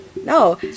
no